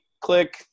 click